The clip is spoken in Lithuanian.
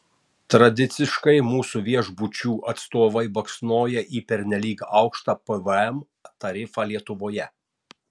tradiciškai mūsų viešbučių atstovai baksnoja į pernelyg aukštą pvm tarifą lietuvoje